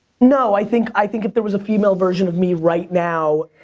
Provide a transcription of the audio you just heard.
no, i think i think if there was a female version of me right now,